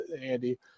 Andy